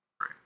right